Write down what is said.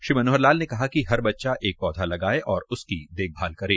श्री मनोहर लाल ने कहा कि हर बच्चा एक पौधा लगाए और उसकी देखभाल करें